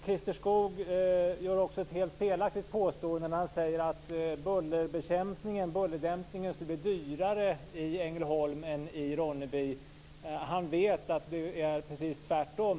Christer Skoog gör också ett helt felaktigt påstående när han säger att bullerdämpningen skulle bli dyrare i Ängelholm än i Ronneby. Han vet att det är precis tvärtom.